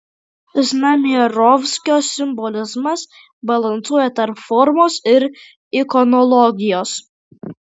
znamierovskio simbolizmas balansuoja tarp formos ir ikonologijos